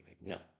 No